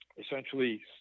essentially